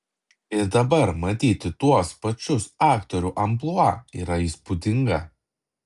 ir dabar matyti tuos pačius aktorių amplua yra įspūdinga